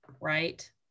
right